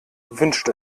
wünscht